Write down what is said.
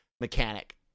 mechanic